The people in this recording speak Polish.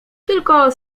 tylko